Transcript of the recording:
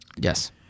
Yes